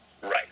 right